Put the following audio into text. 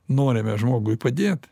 norime žmogui padėt